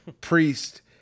Priest